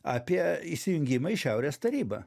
apie įsijungimą į šiaurės tarybą